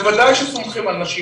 בוודאי שסומכים על נשים,